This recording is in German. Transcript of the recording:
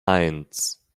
eins